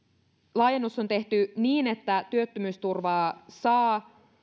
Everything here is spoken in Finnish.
laajennus on tehty niin että työttömyysturvaa saa